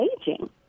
aging